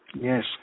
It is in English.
Yes